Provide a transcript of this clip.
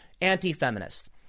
anti-feminist